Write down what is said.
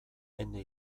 ene